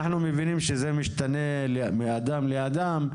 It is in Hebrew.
אנחנו מבינים שזה משתנה מאדם לאדם,